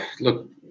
Look